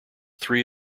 three